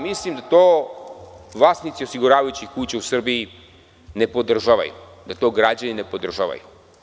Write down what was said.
Mislim da to vlasnici osiguravajućih kuća u Srbiji ne podržavaju, da to građani ne podržavaju.